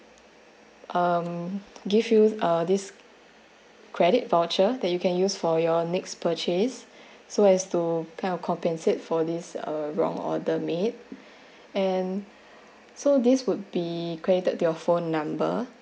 um give you uh this credit voucher that you can use for your next purchase so as to kind of compensate for this uh wrong order made and so this would be credited to your phone number